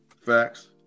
Facts